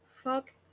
Fuck